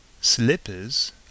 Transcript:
Slippers